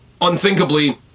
unthinkably